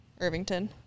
Irvington